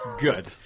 Good